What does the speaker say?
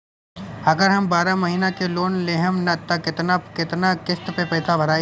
अगर हम बारह महिना के लोन लेहेम त केतना केतना किस्त मे पैसा भराई?